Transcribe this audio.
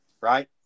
right